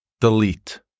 Delete